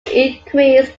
increase